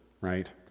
right